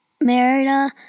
Merida